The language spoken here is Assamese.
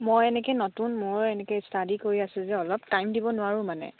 মই এনেকে নতুন মই এনেকে ষ্টাডি কৰি আছে যে অলপ টাইম দিব নোৱাৰোঁ মানে